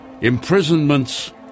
imprisonments